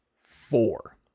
four